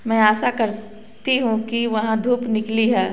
मैं आशा करती हूँ कि वहाँ धूप निकली है